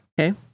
Okay